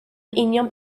union